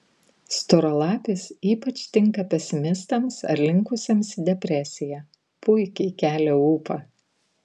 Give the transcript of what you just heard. storalapis ypač tinka pesimistams ar linkusiems į depresiją puikiai kelia ūpą